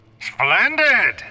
Splendid